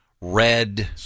Red